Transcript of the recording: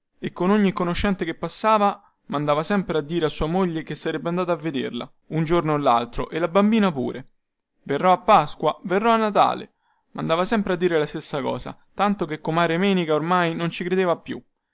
e con ogni conoscente che passava mandava sempre a dire a sua moglie che sarebbe andato a vederla un giorno o laltro e la bambina pure verrò a pasqua verrò a natale mandava sempre a dire la stessa cosa tanto che comare menica ormai non ci credeva più